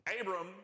Abram